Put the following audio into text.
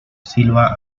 silva